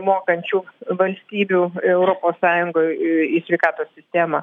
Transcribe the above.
mokančių valstybių europos sąjungoje į sveikatos sistemą